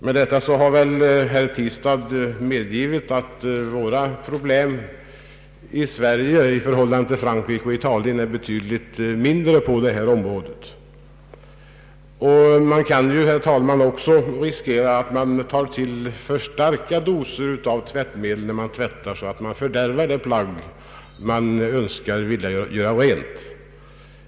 Med detta har väl herr Tistad medgivit att våra problem i Sverige på detta område är betydligt mindre än dem i Frankrike och Italien. Man kan, herr talman, också riskera att man tar till för starka doser av tvättmedel, när man tvättar, så att man fördärvar det plagg man vill tvätta rent.